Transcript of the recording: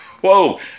Whoa